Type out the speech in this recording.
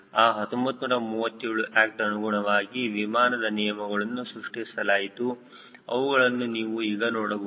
ಆ 1937 ಆಕ್ಟ್ ಅನುಗುಣವಾಗಿ ವಿಮಾನದ ನಿಯಮಗಳನ್ನು ಸೃಷ್ಟಿಸಲಾಯಿತು ಅವುಗಳನ್ನು ನೀವು ಈಗ ನೋಡಬಹುದು